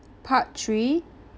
okay part three